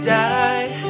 die